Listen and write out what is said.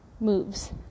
moves